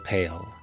Pale